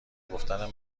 گفتن